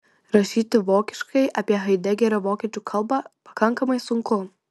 rašyti vokiškai apie haidegerio vokiečių kalbą pakankamai sunku